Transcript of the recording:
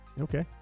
Okay